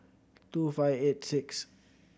two five eight sixth